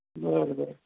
बर बरं